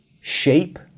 shape